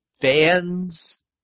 fans